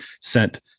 sent